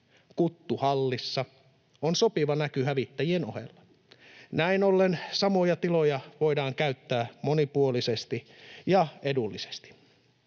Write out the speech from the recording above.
Kuttu hallissa on sopiva näky hävittäjien ohella. Näin ollen samoja tiloja voidaan käyttää monipuolisesti ja edullisesti.